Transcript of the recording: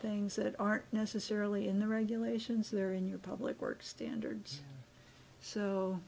things that aren't necessarily in the regulations there in your public work standards so